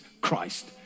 Christ